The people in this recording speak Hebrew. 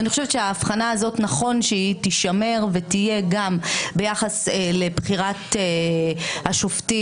אני חושבת שההבחנה הזאת נכון שהיא תישמר ותהיה גם ביחס לבחירת השופטים,